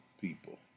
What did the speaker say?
people